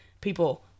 people